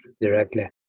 directly